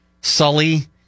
sully